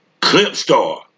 Clipstar